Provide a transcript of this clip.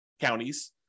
counties